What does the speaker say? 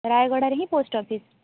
ରାୟଗଡ଼ାରେ ହିଁ post office